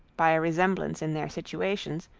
by a resemblance in their situations,